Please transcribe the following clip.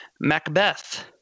Macbeth